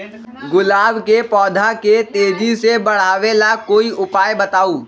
गुलाब के पौधा के तेजी से बढ़ावे ला कोई उपाये बताउ?